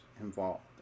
involved